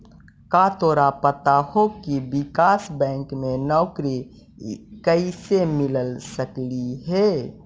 का तोरा पता हो की विकास बैंक में नौकरी कइसे मिल सकलई हे?